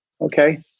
Okay